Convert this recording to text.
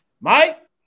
Mike